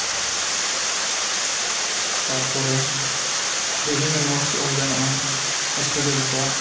ᱛᱟᱨᱯᱚᱨᱮ ᱵᱤᱵᱷᱤᱱᱱᱚ ᱱᱳᱴᱥ ᱚᱞ ᱜᱟᱱᱚᱜᱼᱟ ᱥᱴᱩᱰᱮᱱᱴ ᱠᱚᱣᱟᱜ